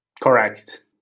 Correct